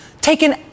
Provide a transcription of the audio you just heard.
taken